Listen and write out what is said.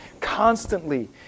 constantly